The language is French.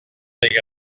est